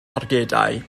targedau